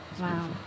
Wow